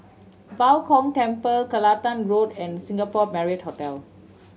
Bao Gong Temple Kelantan Road and Singapore Marriott Hotel